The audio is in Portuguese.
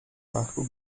barco